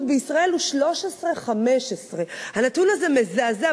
בישראל הוא 13 15. הנתון הזה מזעזע.